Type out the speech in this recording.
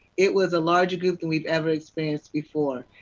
it was a larger group than we have ever expensed before.